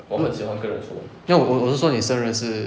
不没有我我我是说你生日是